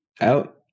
out